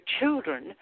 children